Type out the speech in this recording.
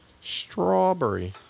Strawberry